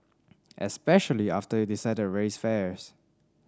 especially after you decided to raise fares